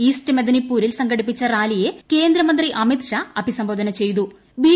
east മെദ്നിപുരിൽ സംഘട്ടിപ്പിച്ച് റാലിയെ കേന്ദ്ര മന്ത്രി അമിത്ഷാ അഭിസംബോധന ചെയ്ത്യി ്ബി